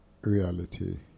reality